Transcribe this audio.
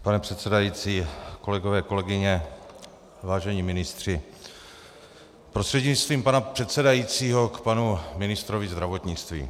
Pane předsedající, kolegové, kolegyně, vážení ministři, prostřednictvím pana předsedajícího k panu ministrovi zdravotnictví.